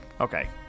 Okay